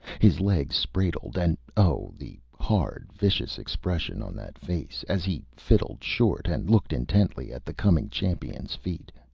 his legs spraddled, and oh, the hard, vicious expression on that face, as he fiddled short and looked intently at the coming champion's feet.